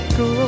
go